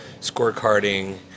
scorecarding